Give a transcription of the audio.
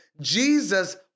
Jesus